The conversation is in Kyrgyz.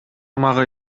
мага